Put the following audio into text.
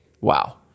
wow